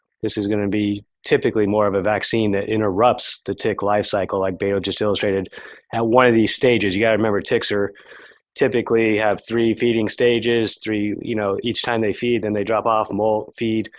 this is going to be typically more of a vaccine that interrupts the tick lifecycle like beto just illustrated at one of these stages. you got to remember, ticks are typically have three feeding stages, three, you know, each time they feed, then they drop off, molt, feed,